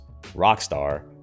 Rockstar